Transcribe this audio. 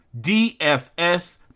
DFS